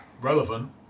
relevant